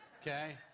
Okay